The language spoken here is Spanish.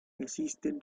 existen